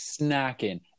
snacking